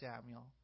Samuel